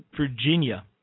Virginia